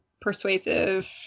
persuasive